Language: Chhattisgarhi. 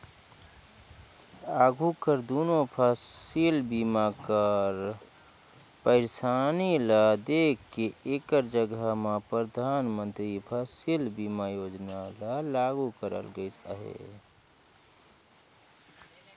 आघु कर दुनो फसिल बीमा कर पइरसानी ल देख के एकर जगहा में परधानमंतरी फसिल बीमा योजना ल लागू करल गइस अहे